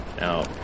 Now